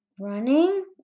running